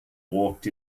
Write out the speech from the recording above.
walked